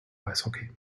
eishockey